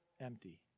empty